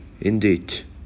Indeed